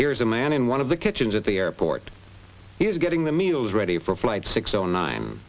here's a man in one of the kitchens at the airport he's getting the meals ready for flight six o nine